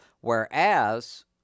Whereas